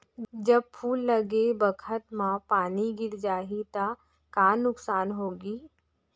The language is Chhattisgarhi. जब फूल लगे बखत म पानी गिर जाही त का नुकसान होगी?